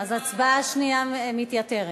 אז ההצבעה השנייה מתייתרת.